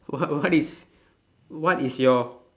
what what is what is your